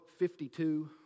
52